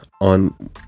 on